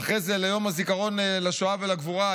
ואחרי זה ליום הזיכרון לשואה ולגבורה,